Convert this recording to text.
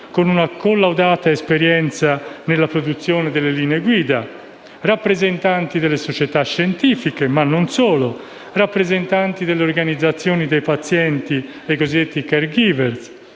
con una collaudata esperienza nella produzione delle linee guida; rappresentanti delle società scientifiche e anche delle organizzazioni dei pazienti e i cosiddetti *caregiver*,